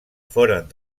foren